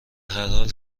هرحال